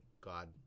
God